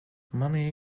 mommy